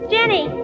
Jenny